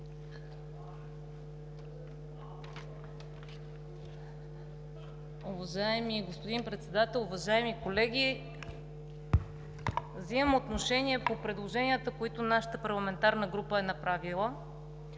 Уважаеми господин Председател, уважаеми колеги! Вземам отношение по предложенията, които нашата парламентарна група е направила.